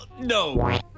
No